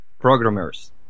programmers